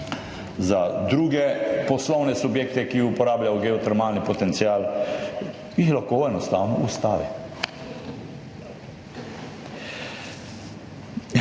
za druge poslovne subjekte, ki uporabljajo geotermalni potencial, jih lahko enostavno ustavi.